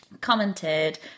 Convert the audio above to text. commented